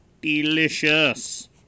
delicious